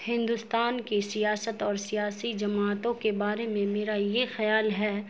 ہندوستان کی سیاست اور سیاسی جماعتوں کے بارے میں میرا یہ خیال ہے